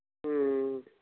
ꯎꯝ